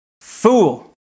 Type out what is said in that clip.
fool